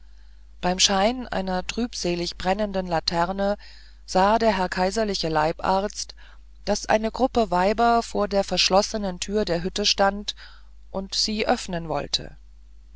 beim schein einer trübselig brennenden laterne sah der herr kaiserliche leibarzt daß eine gruppe weiber vor der verschlossenen tür der hütte stand und sie öffnen wollte